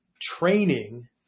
training